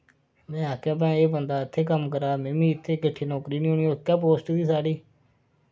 में आखेआ एह् बंदा इत्थै कम्म करा दा मिमी इत्थै किट्ठे नौकरी नि होनी इक्कै पोस्ट ही साढ़ी